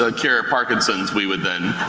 ah cure parkinson's, we would then